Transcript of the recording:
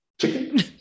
chicken